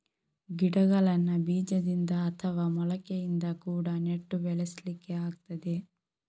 ಗಿಡಗಳನ್ನ ಬೀಜದಿಂದ ಅಥವಾ ಮೊಳಕೆಯಿಂದ ಕೂಡಾ ನೆಟ್ಟು ಬೆಳೆಸ್ಲಿಕ್ಕೆ ಆಗ್ತದೆ